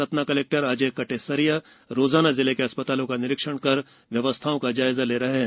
Satna collector Ajay Katesariya रोजाना जिले के अस्पतालों का निरीक्षण कर व्यवस्थाओं का जायजा ले रहे हैं